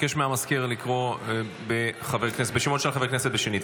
אבקש מהמזכיר לקרוא בשמות של חברי הכנסת שנית,